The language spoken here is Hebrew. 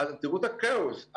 תראו את הכאוס.